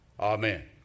Amen